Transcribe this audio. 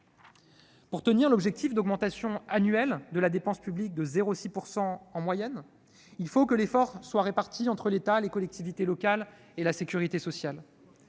Pour tenir l'objectif d'augmentation annuelle de la dépense publique de 0,6 % en moyenne, il faut que l'effort soit réparti entre l'État, les collectivités territoriales et la sécurité sociale.